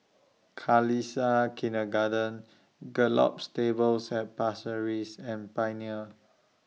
Khalsa Kindergarten Gallop Stables At Pasir Ris and Pioneer